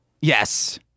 Yes